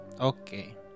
Okay